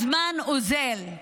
הזמן אוזל.